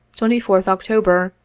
twenty fourth october,